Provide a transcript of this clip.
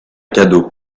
cadeau